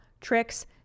Tricks